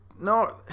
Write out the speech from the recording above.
no